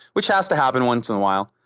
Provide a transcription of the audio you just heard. which has to happen once in awhile.